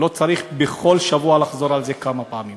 לא צריך בכל שבוע לחזור על זה כמה פעמים.